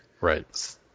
Right